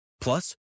Plus